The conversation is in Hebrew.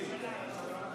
היום.